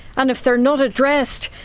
and if they're not addressed,